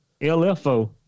LFO